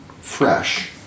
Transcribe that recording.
fresh